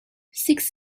six